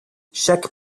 chaque